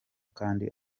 kandi